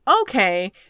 Okay